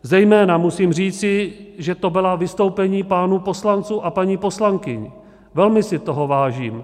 Zejména musím říci, že to byla vystoupení pánů poslanců a paní poslankyň, velmi si toho vážím.